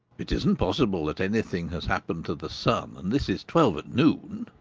it isn't possible that anything has happened to the sun, and this is twelve at noon!